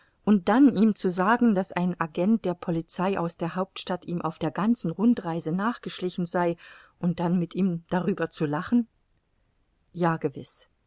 und dann ihm zu sagen daß ein agent der polizei aus der hauptstadt ihm auf der ganzen rundreise nachgeschlichen sei und dann mit ihm darüber zu lachen ja gewiß